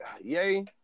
yay